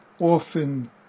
often